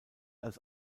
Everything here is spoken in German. als